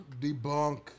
debunk